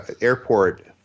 airport